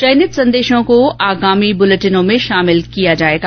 चयनित संदेशों को आगामी बुलेटिनों में शामिल किया जाएगा